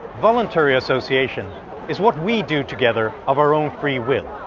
voluntary association is what we do together of our own free will.